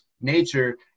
Nature